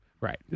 Right